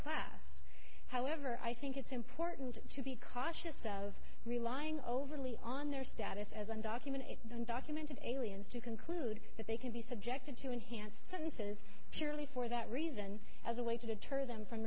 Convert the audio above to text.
class however i think it's important to be cautious of relying overly on their status as undocumented undocumented aliens to conclude that they can be subjected to enhanced sentences purely for that reason as a way to deter them from